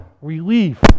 relief